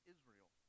Israel